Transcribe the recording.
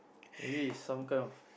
maybe it's some kind of